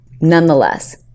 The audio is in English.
nonetheless